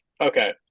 Okay